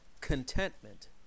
contentment